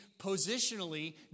positionally